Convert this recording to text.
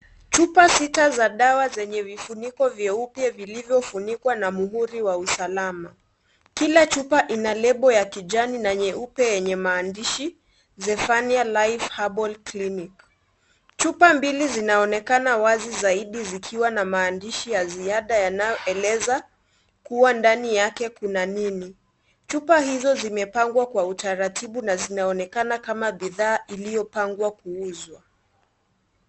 Chupa sita za dawa zenye vifuniko vyeupe vilivyofunikwa na muhuri wa usalama, kila chupa ina lebo ya kijani na nyeupe yenye maandishi zephania life herbal clinic . Chupa mbili zinaonekana wazi zaidi zikiwa na maandishi ya ziada yanayoeleza kuwa ndani yake kuna nini. Chupa hizo zimepangwa kwa utaratibu na zinaonekana kama bidhaa iliyopangwa kuuzwa.